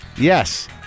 yes